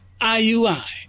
IUI